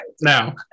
Now